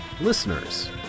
Listeners